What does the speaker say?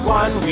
one